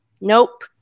nope